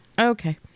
okay